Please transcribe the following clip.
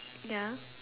ya